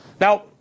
Now